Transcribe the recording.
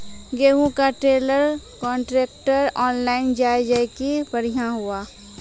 गेहूँ का trailer contractor online जाए जैकी बढ़िया हुआ